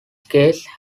case